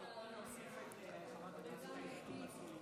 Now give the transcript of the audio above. אם כן,